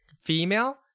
female